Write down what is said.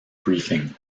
briefing